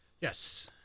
Yes